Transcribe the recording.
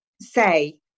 say –